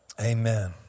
Amen